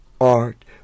art